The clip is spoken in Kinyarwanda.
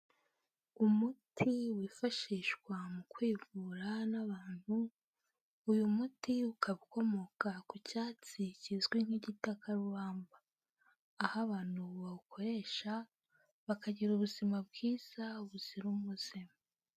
Umuti wifashishwa mu kwivura n'abantu, uyu muti ukaba ukomoka ku cyatsi kizwi nk'igikakarubamba, aho abantu bawukoresha bakagira ubuzima bwiza buzira umuze.